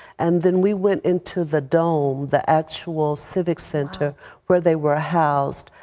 and then we went into the dome, the actual civic center where they were housed,